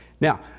now